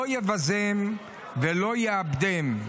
לא יבזם ולא יאבדם.